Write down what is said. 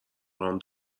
خوام